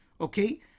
Okay